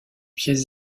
pièces